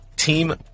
Team